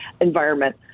environment